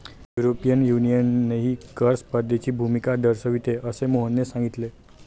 European युनियनही कर स्पर्धेची भूमिका दर्शविते, असे मोहनने सांगितले